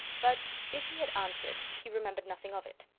but if he had answered he remembered nothing of it.